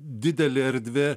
didelė erdvė